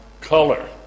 color